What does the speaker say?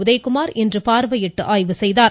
உதயகுமார் இன்று பார்வையிட்டு ஆய்வுசெய்தார்